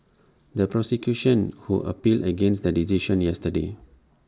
the prosecution who appealed against the decision yesterday